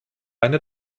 eine